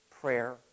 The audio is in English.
Prayer